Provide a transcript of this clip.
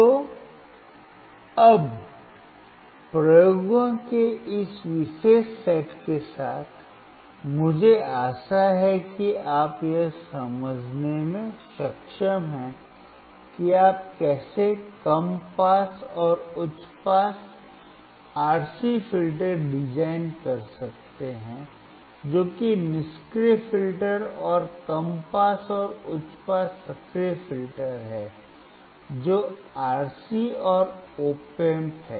तो अब प्रयोगों के इस विशेष सेट के साथ मुझे आशा है कि आप यह समझने में सक्षम हैं कि आप कैसे कम पास और उच्च पास आरसी फिल्टर डिजाइन कर सकते हैं जो कि निष्क्रिय फिल्टर और कम पास और उच्च पास सक्रिय फिल्टर हैं जो आरसी और ऑप एम्प है